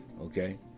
okay